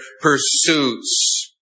pursuits